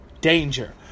danger